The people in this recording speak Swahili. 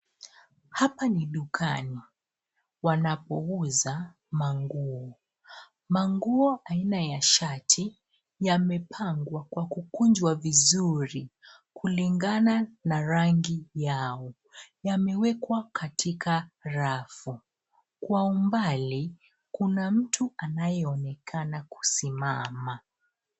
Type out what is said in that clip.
Hapa ni dukani wanapouza manguo. Manguo aina ya shati yamepangwa kwa kukunjwa vizuri kulingana na rangi yao. Yamewekwa katika rafu. Kwa umbali, kuna mtu anayeonekana kusimama.